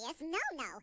no-no